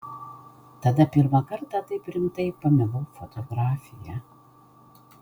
tada pirmą kartą taip rimtai pamilau fotografiją